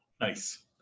Nice